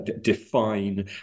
define